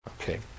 Okay